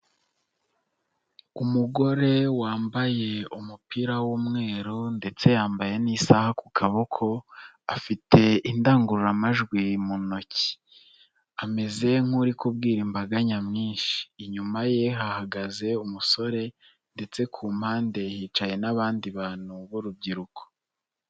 Umugore wambaye umupira w'umweru ndetse yambaye n'isaha ku kaboko, afite indangururamajwi mu ntoki, ameze nk'uri kubwira imbaga nyamwinshi, inyuma ye hahagaze umusore ndetse ku mpande hicaye n'abandi bantu b'urubyiruko.